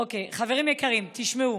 אוקיי, חברים יקרים, תשמעו: